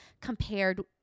compared